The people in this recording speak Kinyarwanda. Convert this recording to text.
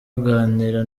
aganira